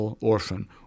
orphan